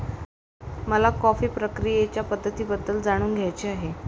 मला कॉफी प्रक्रियेच्या पद्धतींबद्दल जाणून घ्यायचे आहे